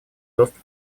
доступ